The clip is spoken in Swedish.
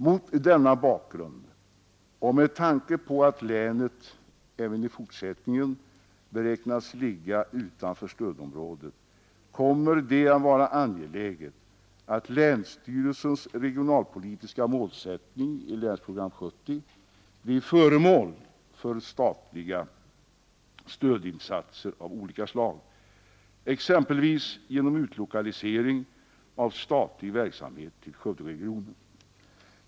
Mot denna bakgrund och med tanke på att länet även i fortsättningen beräknas ligga utanför stödområdet kommer det att vara angeläget att länsstyrelsens regionalpolitiska målsättning i Länsprogram 70 blir föremål för statliga stödinsatser av olika slag, exempelvis genom utlokalisering av statlig verksamhet till Skövderegionen.